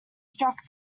struck